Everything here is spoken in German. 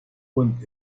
und